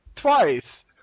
Twice